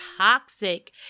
toxic